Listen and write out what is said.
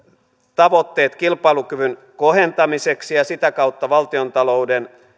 tavoitteet kilpailukyvyn kohentamiseksi ja sitä kautta valtiontalouden